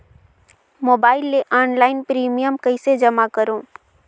Mobile ले online premium कइसे जमा करों?